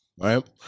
Right